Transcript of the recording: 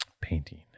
Painting